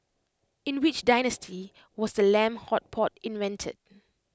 in which dynasty was the lamb hot pot invented